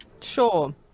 Sure